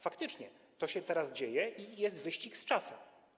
Faktycznie, to się teraz dzieje i jest wyścig z czasem.